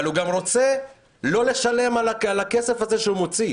אבל הוא גם רוצה לא לשלם על הכסף הזה שהוא מוציא,